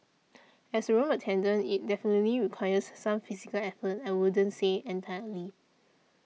as a room attendant it definitely requires some physical effort I wouldn't say entirely